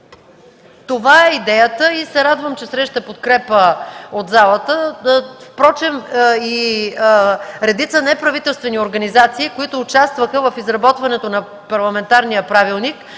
Това е идеята и се радвам, че среща подкрепа от залата. Впрочем и редица неправителствени организации, които участваха в изработването на парламентарния правилник,